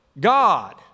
God